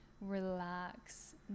relax